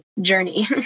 journey